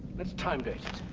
let's time date